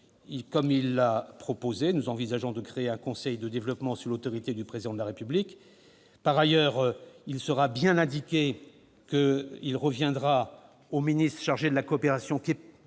Comme il l'a proposé, nous envisageons de créer un conseil de développement sous l'autorité du Président de la République. Par ailleurs, il sera bien précisé dans le projet de loi qu'il reviendra au ministre chargé de la coopération,